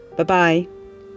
Bye-bye